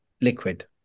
liquid